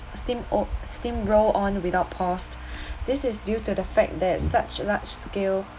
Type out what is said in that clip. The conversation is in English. steamo~ steamroll on without paused this is due to the fact that such large scale